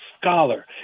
scholar